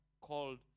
called